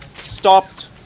stopped